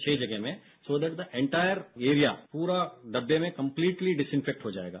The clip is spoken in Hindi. छह जगह में so that the entire area पूरे डब्बे में कंप्लीट डिसइनफेक्ट हो जाएगा